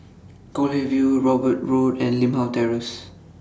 Goldhill View Hobart Road and Limau Terrace